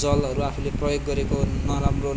जलहरू आफूले प्रयोग गरेको नराम्रो